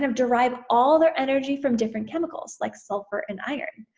um derive all their energy from different chemicals, like sulfur and iron.